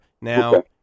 Now